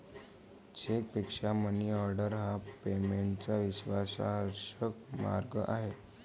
चेकपेक्षा मनीऑर्डर हा पेमेंटचा विश्वासार्ह मार्ग आहे